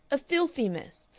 a filthy mess!